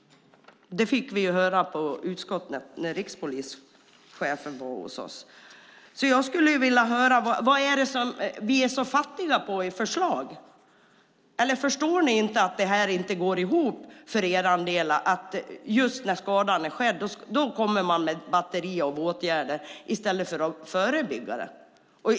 Det fick vi höra i utskottet när rikspolischefen var hos oss. Jag skulle därför vilja höra varför vi är så fattiga när det gäller förslag. Förstår ni inte att detta inte går ihop för er del? Just när skadan är skedd ska man komma med ett batteri av åtgärder i stället för att förebygga.